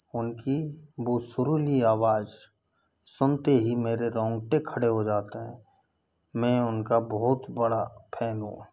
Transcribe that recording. उनकी वो सुरीली आवाज़ सुनते ही मेरे रोंगटे खड़े हो जाते हैं मैं उनका बहुत बड़ा फैन हूँ